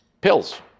pills